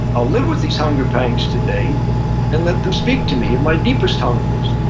i'll live with these hunger pangs today and let them speak to me in my deepest hungers.